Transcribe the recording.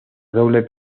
doble